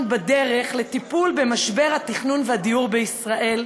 בדרך לטיפול במשבר התכנון והדיור בישראל.